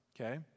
Okay